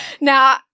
Now